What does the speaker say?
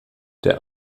der